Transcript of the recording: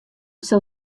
sil